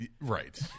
right